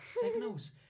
signals